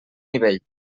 nivell